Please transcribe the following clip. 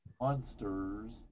monsters